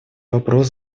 вопрос